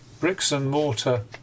bricks-and-mortar